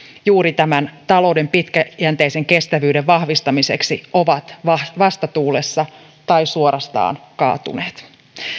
juuri tämän talouden pitkäjänteisen kestävyyden vahvistamiseksi ovat vastatuulessa tai suorastaan kaatuneet